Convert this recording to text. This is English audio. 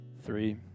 three